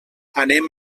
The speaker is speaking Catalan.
anem